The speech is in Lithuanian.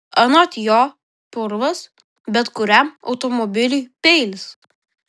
anot jo purvas bet kuriam automobiliui peilis